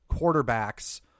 quarterbacks